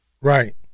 Right